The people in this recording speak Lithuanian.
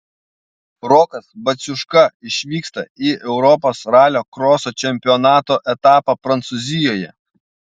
rokas baciuška išvyksta į europos ralio kroso čempionato etapą prancūzijoje